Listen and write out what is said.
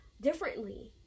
differently